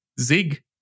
ZIG